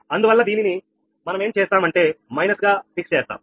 అందువల్ల దీనిని మనమేం చేస్తానంటే మైనస్ గా ఉంచుతాం